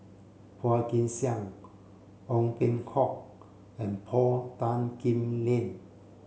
Phua Kin Siang Ong Peng Hock and Paul Tan Kim Liang